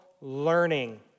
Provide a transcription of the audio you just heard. learning